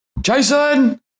Jason